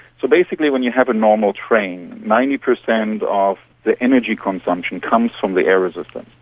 so basically when you have a normal train, ninety percent of the energy consumption comes from the air resistance.